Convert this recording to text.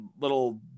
little